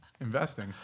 Investing